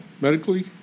Medically